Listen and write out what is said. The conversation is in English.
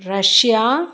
Russia